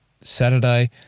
Saturday